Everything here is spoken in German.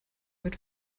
mit